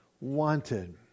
wanted